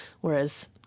whereas